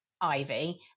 ivy